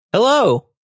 Hello